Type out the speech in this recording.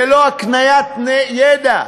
ללא הקניית ידע,